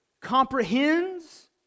comprehends